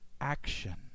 action